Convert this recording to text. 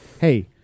Hey